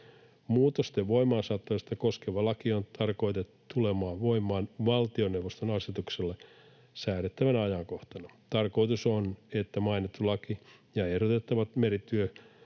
Muutosten voimaansaattamista koskeva laki on tarkoitettu tulemaan voimaan valtioneuvoston asetuksella säädettävänä ajankohtana. Tarkoitus on, että mainittu laki ja ehdotettavat